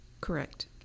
Correct